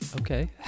okay